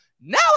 Now